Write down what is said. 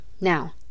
now